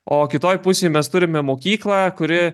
o kitoj pusėj mes turime mokyklą kuri